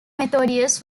methodius